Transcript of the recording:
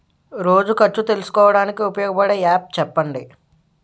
రోజు ఖర్చు తెలుసుకోవడానికి ఉపయోగపడే యాప్ చెప్పండీ?